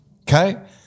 okay